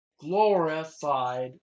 glorified